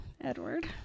Edward